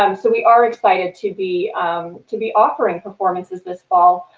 um so we are excited to be to be offering performances this fall,